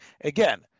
again